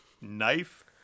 knife